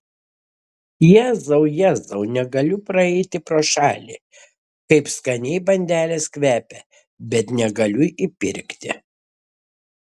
jėzau jėzau negaliu praeiti pro šalį kaip skaniai bandelės kvepia bet negaliu įpirkti